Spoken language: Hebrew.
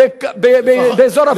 לזכאים באזור הפריפריה.